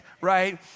right